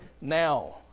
now